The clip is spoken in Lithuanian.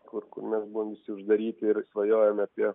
kur kur mes buvom uždaryti ir svajojom apie